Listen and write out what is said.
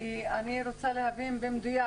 כי אני רוצה להבין במדויק,